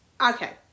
okay